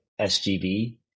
sgb